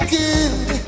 good